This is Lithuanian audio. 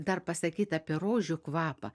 dar pasakyt apie rožių kvapą